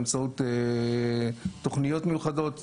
באמצעות תוכניות מיוחדות,